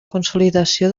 consolidació